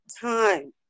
time